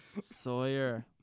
Sawyer